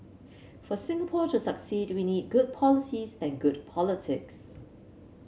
for Singapore to succeed we need good policies and good politics